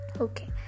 Okay